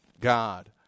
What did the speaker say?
God